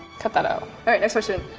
cut that out. okay, next question.